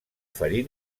ferir